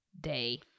day